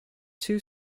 two